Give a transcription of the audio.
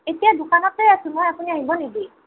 এতিয়া দোকানতে আছোঁ মই আপুনি আহিব নেকি